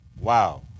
wow